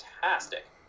fantastic